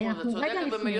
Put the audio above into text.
לשוטר או למפקח של משרד ממשלתי,